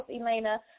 Elena